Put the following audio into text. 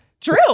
True